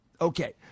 Okay